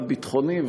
הביטחוני,